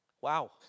Wow